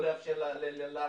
לא לאפשר להרחיב.